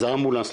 זה אמבולנס,